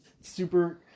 super